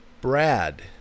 Brad